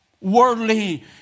worldly